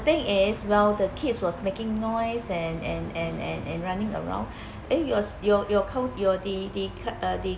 thing is well the kids was making noise and and and and and running around eh yours your your cou~ your uh the the the the